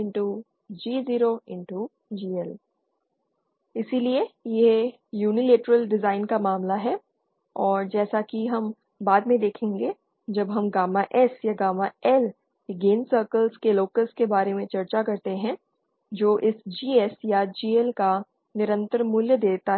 S22L2GSG0GL इसलिए यह unilateral design का मामला है और जैसा कि हम बाद में देखेंगे जब हम गामा S या गामा L के गेन सर्कल्स के लोकस के बारे में चर्चा करते हैं जो इस GS या GL का निरंतर मूल्य देता है